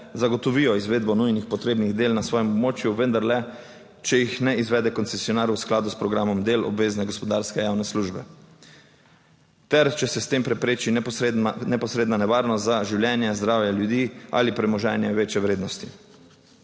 zagotovijo izvedbo nujnih potrebnih del na svojem območju, vendar le, če jih ne izvede koncesionar v skladu s programom del obvezne gospodarske javne službe ter če se s tem prepreči neposredna, neposredna nevarnost za življenje, zdravje ljudi ali premoženje večje vrednosti.